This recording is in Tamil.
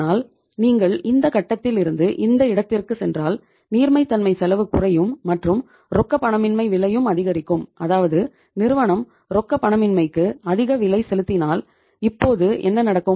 ஆனால் நீங்கள் இந்த கட்டத்தில் இருந்து இந்த இடத்திற்குச் சென்றால் நீர்மைத்தன்மை செலவு குறையும் மற்றும் ரொக்கப்பணமின்மை விலையும் அதிகரிக்கும் அதாவது நிறுவனம் ரொக்கப்பணமின்மைக்கு அதிக விலை செலுத்தினால் இப்போது என்ன நடக்கும்